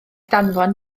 danfon